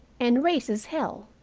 and raises hell.